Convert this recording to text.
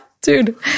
Dude